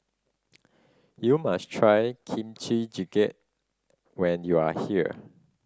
you must try Kimchi Jjigae when you are here